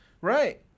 Right